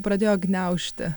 pradėjo gniaužti